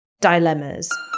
dilemmas